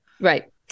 right